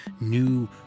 new